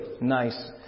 nice